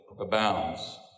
abounds